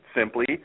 simply